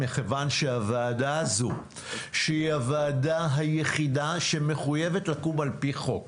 מכיוון שהוועדה הזו שהיא הוועדה היחידה שמחויבת לקום על פי חוק,